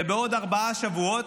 ובעוד ארבעה שבועות,